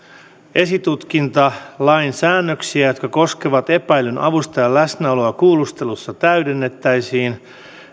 esitutkintalain säännöksiä jotka koskevat epäillyn avustajan läsnäoloa kuulustelussa täydennettäisiin